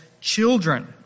children